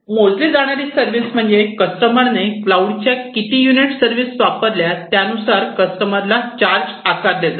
मोजली जाणारी सर्विस म्हणजे कस्टमरने क्लाऊडच्या किती युनिट सर्विस वापरल्या त्यानुसार कस्टमरला चार्ज आकारले जाईल